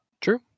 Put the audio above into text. True